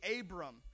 Abram